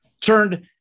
turned